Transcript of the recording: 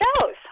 shows